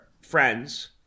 friends